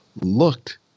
looked